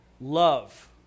Love